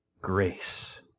grace